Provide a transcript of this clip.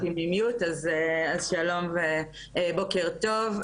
שלום ובוקר טוב.